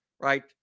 right